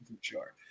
sure